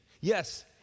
Yes